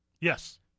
yes